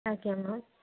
ଆଜ୍ଞା ମ୍ୟାମ୍